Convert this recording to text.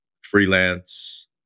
freelance